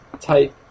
type